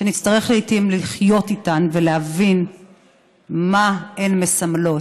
שנצטרך לעיתים לחיות איתן ולהבין מה הן מסמלות.